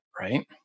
Right